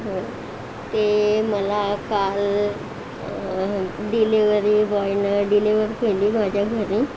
ते मला काल डिलीव्हरी बॉयनं डिलिवर केली माझ्या घरी